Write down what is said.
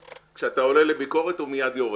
כשאתה עולה לביקורת הוא מיד יורד.